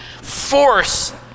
force